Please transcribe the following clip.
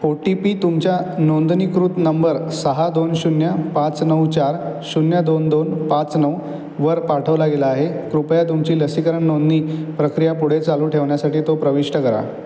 ओ T P तुमच्या नोंदणीकृत number सहा दोन शून्य पाच नऊ चार शून्य दोन दोन पाच नऊ वर पाठवला गेला आहे कृपया तुमची लसीकरण नोंदणी प्रक्रिया पुढे चालू ठेवण्यासाठी तो प्रविष्ट करा